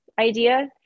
Idea